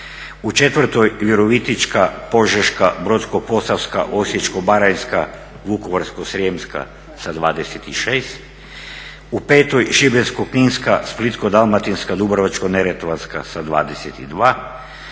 u 4. Virovitička, Požeška, Brodsko-posavska, Osječko-baranjska, Vukovarsko-srijemska sa 26, u 5. Šibensko-kninska, Splitsko-dalmatinska, Dubrovačko-neretvanska sa 22